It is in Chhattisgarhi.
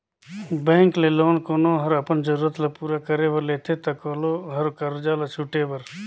बेंक ले लोन कोनो हर अपन जरूरत ल पूरा करे बर लेथे ता कोलो हर करजा ल छुटे बर